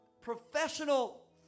professional